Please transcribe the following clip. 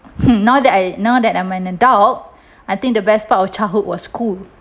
now that I now that I'm an adult I think the best part of childhood was cool